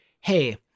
Hey